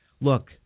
look